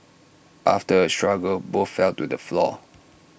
after A struggle both fell to the floor